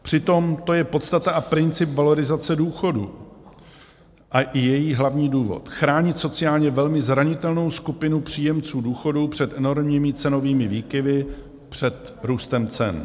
Přitom to je podstata a princip valorizace důchodů i její hlavní důvod chránit sociálně velmi zranitelnou skupinu příjemců důchodů před enormními cenovými výkyvy, před růstem cen.